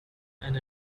and